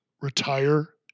retire